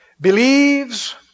believes